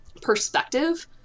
perspective